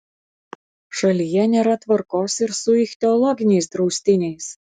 šalyje nėra tvarkos ir su ichtiologiniais draustiniais